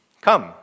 Come